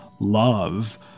love